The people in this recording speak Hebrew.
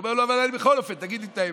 הוא אומר לו: בכל אופן תגיד לי את האמת.